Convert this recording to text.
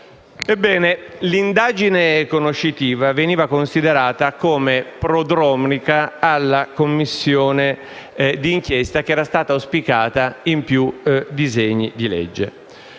L'indagine conoscitiva veniva considerata prodromica alla Commissione d'inchiesta auspicata in più disegni di legge.